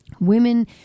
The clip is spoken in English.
women